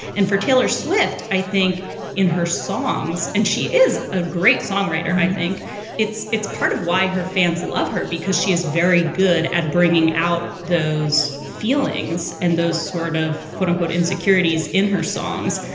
and for taylor swift, i think in her songs and she is a great songwriter. i think it's it's part of why her fans love her, because she is very good at bringing out. those feelings and those sort of quote unquote insecurities in her songs,